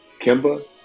Kimba